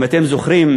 אם אתם זוכרים,